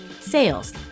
sales